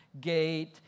gate